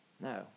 No